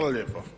lijepo.